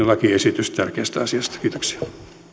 lakiesityksen tärkeästä asiasta kiitoksia